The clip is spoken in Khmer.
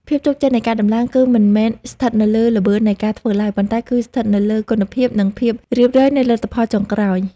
ភាពជោគជ័យនៃការដំឡើងគឺមិនមែនស្ថិតនៅលើល្បឿននៃការធ្វើឡើយ ប៉ុន្តែគឺស្ថិតនៅលើគុណភាព និងភាពរៀបរយនៃលទ្ធផលចុងក្រោយ។